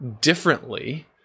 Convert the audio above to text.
differently